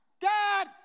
dad